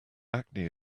acne